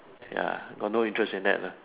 ya got no interest in that lah